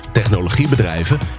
technologiebedrijven